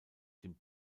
den